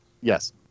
Yes